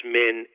men